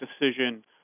decision